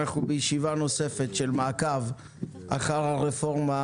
אנחנו בישיבה נוספת של מעקב אחר הרפורמה